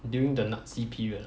during the nazi period